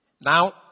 Now